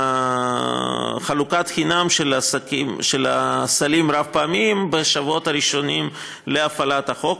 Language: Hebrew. חלוקה בחינם של הסלים הרב-פעמיים בשבועות הראשונים להפעלת החוק.